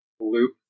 loop